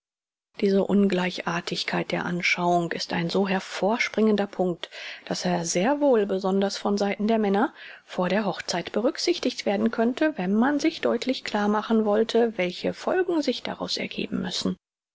diese ungleichartigkeit der anschauung ist ein so hervorspringender punkt daß er sehr wohl besonders von seiten der männer vor der hochzeit berücksichtigt werden könnte wenn man sich deutlich klar machen wollte welche folgen sich daraus ergeben müssen